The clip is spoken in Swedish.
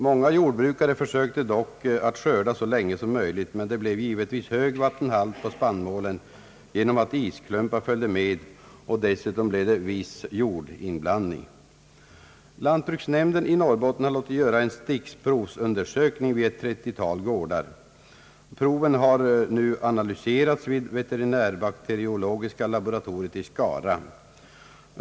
Många jordbrukare försökte dock att skörda så länge som möjligt, men det blev givetvis hög vattenhalt på spannmålen genom att isklumpar följde med. Dessutom blev det en viss jordinblandning. Lantbruksnämnden i Norrbotten har låtit göra en stickprovsundersökning vid ett trettiotal gårdar. Proven har nu analyserats vid veterinärbakteriologiska laboratoriet i Skara.